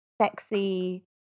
sexy